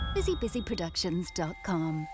BusyBusyProductions.com